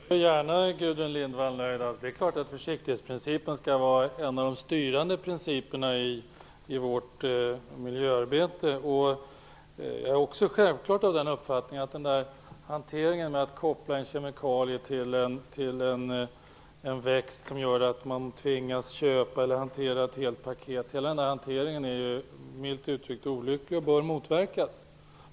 Fru talman! Jag vill gärna göra Gudrun Lindvall nöjd. Det är klart att försiktighetsprincipen skall vara en av de styrande principerna i vårt miljöarbete. Jag är också självfallet av den uppfattningen att hanteringen med att koppla en kemikalie till en växt som gör att man tvingas köpa ett helt paket är milt uttryckt djupt olycklig. En sådan hantering bör motverkas.